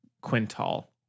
Quintal